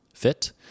fit